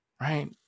right